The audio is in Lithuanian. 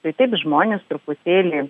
tai taip žmonės truputėlį